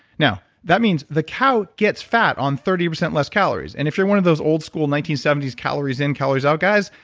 now, that means the cow gets fat on thirty percent less calories. and if you're one of those old school nineteen seventy s calories in, calories out guys,